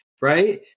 right